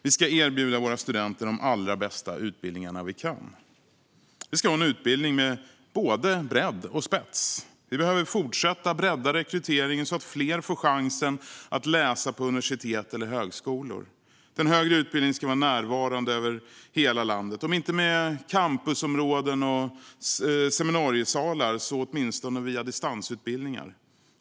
Vi ska erbjuda våra studenter de allra bästa utbildningar vi kan. Vi ska ha utbildning med både bredd och spets. Vi behöver fortsätta bredda rekryteringen så att fler får chansen att läsa på universitet eller högskolor. Den högre utbildningen ska vara närvarande över hela landet, om inte med campusområden och seminariesalar så åtminstone via distansutbildningar.